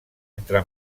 entre